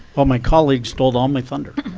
well, my colleagues stole all my thunder.